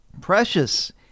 Precious